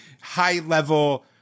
high-level